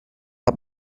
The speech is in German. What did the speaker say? hat